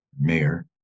mayor